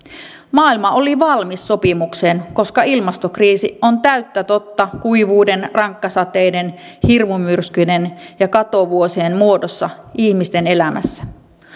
maailma oli valmis sopimukseen koska ilmastokriisi on täyttä totta kuivuuden rankkasateiden hirmumyrskyjen ja katovuosien muodossa ihmisten elämässä